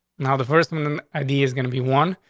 now the first one um idea is gonna be one,